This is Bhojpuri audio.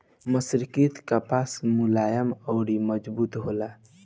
मर्सरीकृत कपास मुलायम अउर मजबूत होला